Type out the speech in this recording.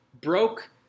broke